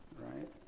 right